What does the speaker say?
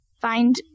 find